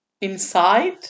Inside